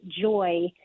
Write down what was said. joy